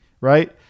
right